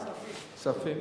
כספים.